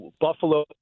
Buffalo